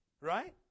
right